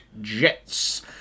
Jets